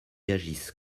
agissent